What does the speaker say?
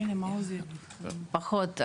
פחות,